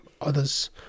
others